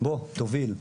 בוא תוביל'.